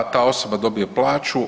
Ta osoba dobije plaću.